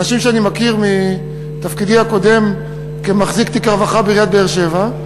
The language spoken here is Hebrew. אנשים שאני מכיר מתפקידי הקודם כמחזיק תיק הרווחה בעיריית באר-שבע,